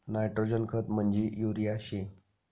nitrogen खत म्हंजी urea शे